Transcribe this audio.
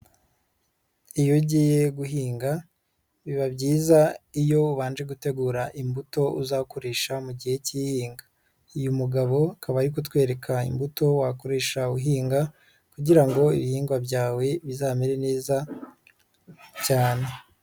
Iyo ugiye guhinga biba byiza iyo ubanje gutegura imbuto uzakoresha mu gihe k'ihinga, uyu mugabo akaba ari kutwereka imbuto wakoresha uhinga kugira ngo ibihingwa byawe bizamere neza cyane.